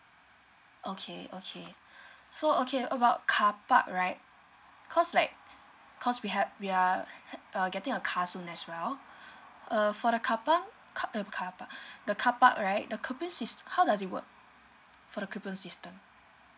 okay okay so okay about carpark right cause like cause we have we are err getting a car soon as well err for the carpark ca~ uh carpark the carpark right the coupon sys~ how does it work for the coupon system